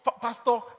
pastor